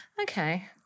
Okay